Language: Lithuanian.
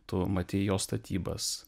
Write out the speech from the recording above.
tu matei jo statybas